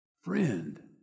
Friend